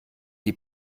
die